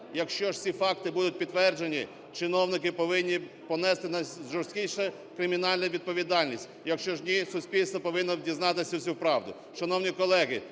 Якщо ж ці факти будуть підтверджені, чиновники повинні понести найжорсткішу кримінальну відповідальність. Якщо ж ні, суспільство повинно дізнатись усю правду.